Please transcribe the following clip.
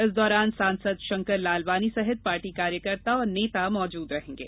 इस दौरान सांसद शंकर लालवानी सहित पार्टी कार्यकर्ता और नेता मौजूद रहेंगे